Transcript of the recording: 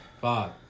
Five